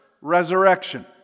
resurrection